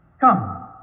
come